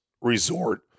resort